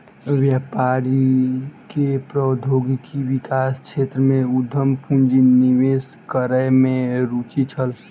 व्यापारी के प्रौद्योगिकी विकास क्षेत्र में उद्यम पूंजी निवेश करै में रूचि छल